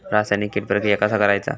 रासायनिक कीड प्रक्रिया कसा करायचा?